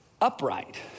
upright